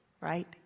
right